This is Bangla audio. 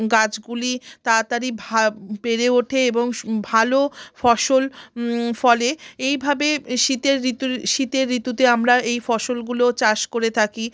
গাছগুলি তাড়াতাড়ি ভা বেড়ে ওঠে এবং স্ ভালো ফসল ফলে এইভাবে শীতের ঋতুর শীতের ঋতুতে আমরা এই ফসলগুলো চাষ করে থাকি